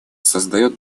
создает